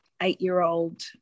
eight-year-old